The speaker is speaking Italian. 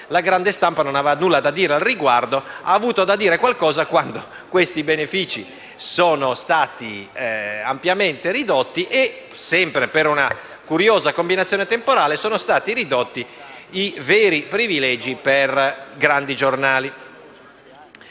la grande stampa non aveva nulla da dire al riguardo. Ha avuto da dire qualcosa, quando questi benefici sono stati ampiamente ridotti e, sempre per una curiosa combinazione temporale, sono stati ridotti i veri privilegi per i grandi giornali.